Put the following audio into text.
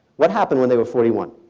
what happened when they were forty one?